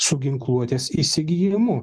su ginkluotės įsigijimu